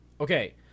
okay